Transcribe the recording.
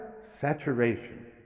saturation